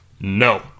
No